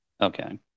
Okay